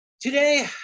Today